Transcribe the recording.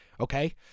okay